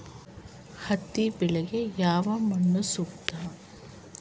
ಹತ್ತಿ ಬೆಳೆಗೆ ಯಾವ ಮಣ್ಣು ಸೂಕ್ತ?